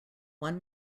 one